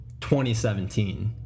2017